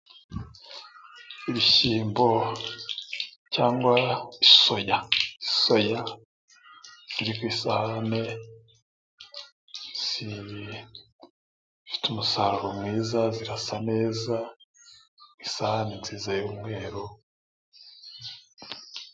Ibishyimbo cyangwa soya. Soya ziri ku isahane zifite umusaruro mwiza, zirasa neza isahani nziza y'umweru.